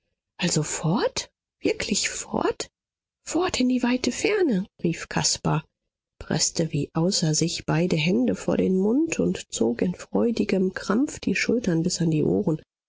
also fort wirklich fort fort in die weite ferne rief caspar preßte wie außer sich beide hände vor den mund und zog in freudigem krampf die schultern bis an die ohren